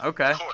Okay